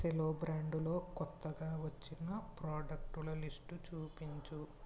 Cello బ్రాండులో కొత్తగా వచ్చిన ప్రాడక్టుల లిస్ట్ చూపించు